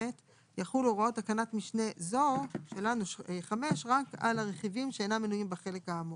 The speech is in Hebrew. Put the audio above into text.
יחולו הוראות תקנת משנה זו רק על הרכיבים שאינם מנויים בחלק כאמור.